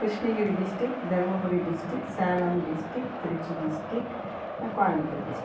Krishnagiri district Dharmapuri district Salem district Trichy district Coimbatore district